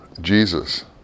Jesus